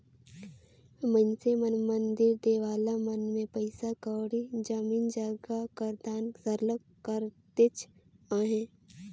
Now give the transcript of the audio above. मइनसे मन मंदिर देवाला मन में पइसा कउड़ी, जमीन जगहा कर दान सरलग करतेच अहें